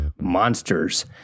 Monsters